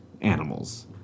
animals